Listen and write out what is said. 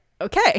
okay